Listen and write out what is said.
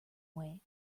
way